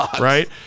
right